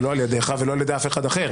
ולא על ידך ולא על ידי אף אחד אחר,